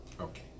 Okay